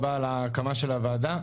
בנושא,